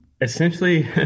Essentially